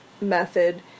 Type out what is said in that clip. method